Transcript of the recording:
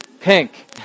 pink